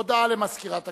הודעה למזכירת הכנסת.